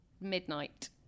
midnight